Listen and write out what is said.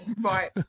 right